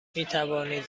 میتوانید